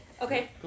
okay